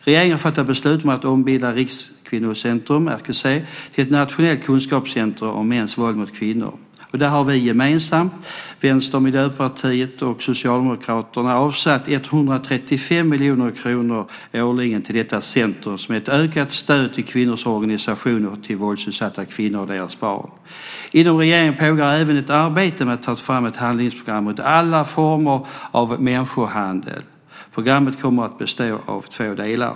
Regeringen har fattat beslut om att ombilda Rikskvinnocentrum, RKC, till ett nationellt kunskapscentrum om mäns våld mot kvinnor. Gemensamt har Vänsterpartiet, Miljöpartiet och Socialdemokraterna avsatt 135 miljoner kronor årligen till detta centrum som ett ökat stöd till kvinnoorganisationer och till våldsutsatta kvinnor och deras barn. Inom regeringen pågår även ett arbete med att ta fram ett handlingsprogram mot alla former av människohandel. Programmet kommer att bestå av två delar.